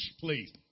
Please